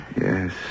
Yes